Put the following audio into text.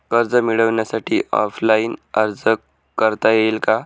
कर्ज मिळण्यासाठी ऑफलाईन अर्ज करता येईल का?